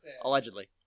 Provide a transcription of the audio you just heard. Allegedly